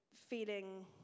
feeling